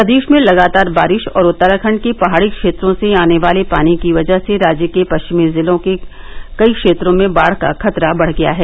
प्रदेष में लगातार बारिष और उत्तराखंड के पहाड़ी क्षेत्रों से आने वाले पानी की वजह से राज्य के पश्चिमी जिलों के कई क्षेत्रों में भी बाढ़ का खतरा बढ़ गया है